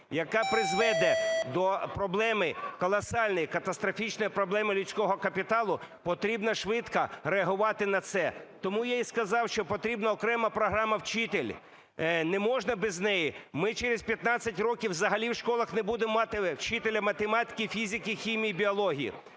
яка призведе до проблеми колосальної, катастрофічної проблеми людського капіталу, потрібно швидко реагувати на це, тому я і сказав, що потрібна окрема програма "Вчитель". Не можна без неї, ми через 15 років взагалі в школах не будемо мати вчителя математики, фізики, хімії, біології.